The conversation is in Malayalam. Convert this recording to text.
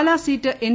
Pala seat N